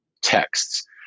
texts